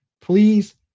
Please